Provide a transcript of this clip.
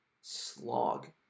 slog